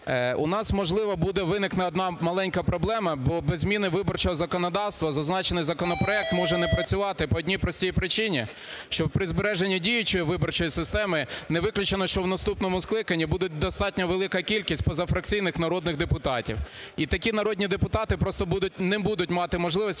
у нас, можливо, виникне одна маленька проблема, бо без зміни виборчого законодавства зазначений законопроект може не працювати по одній простій причині: що при збереженні діючої виборчої системи не виключено, що в наступному скликанні буде достатньо велика кількість позафракційних народних депутатів. І такі народні депутати просто не будуть мати можливості